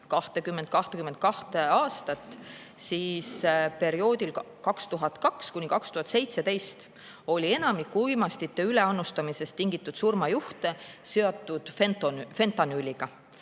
20–22 aastat, siis perioodil 2002–2017 oli enamik uimastite üleannustamisest tingitud surmajuhte seotud fentanüüliga